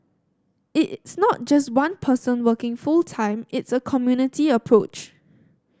it's not just one person working full time it's a community approach